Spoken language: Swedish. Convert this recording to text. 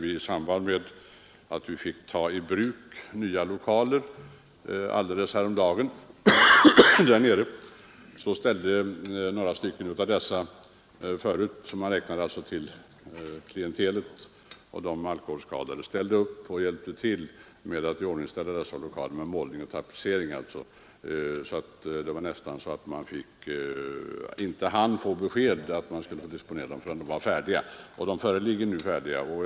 I samband med att vi häromdagen fick ta nya lokaler i bruk för denna verksamhet ställde några av dem som tidigare varit alkoholskadade upp och hjälpte till med att ställa i ordning lokalerna, bl.a. med målning och tapetsering. Och vi hade knappast mer än nätt och jämt fått beskedet att vi fick disponera lokalerna förrän målningsoch tapetseringsarbetena var klara.